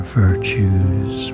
virtues